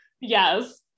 Yes